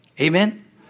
Amen